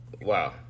Wow